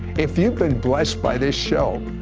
if you've been blessed by this show,